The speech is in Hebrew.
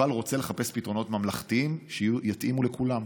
אבל רוצה לחפש פתרונות ממלכתיים שיתאימו לכולם.